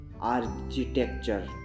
architecture